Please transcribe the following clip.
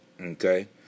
okay